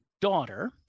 daughter